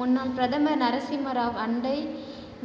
முன்னாள் பிரதமர் நரசிம்ம ராவ் அண்டை